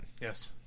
Yes